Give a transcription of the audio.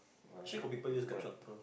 actually got people use GrabShuttle